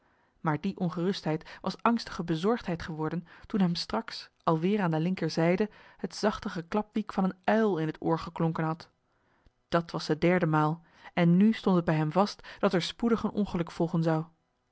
maar die ongerustheid was angstige bezorgdheid geworden toen hem straks alweer aan de linkerzijde het zachte geklapwiek van een uil in het oor geklonken had dat was de derde maal en nu stond het bij hem vast dat er spoedig een ongeluk volgen zou